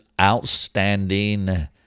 outstanding